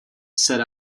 said